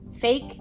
fake